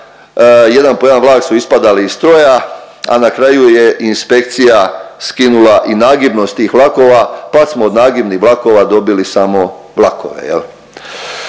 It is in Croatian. Jedan po jedan vlak su ispadali iz stroja, a na kraju je inspekcija skinula i nagibnost tih vlakova, pa smo od nagibnih vlakova dobili samo vlakove.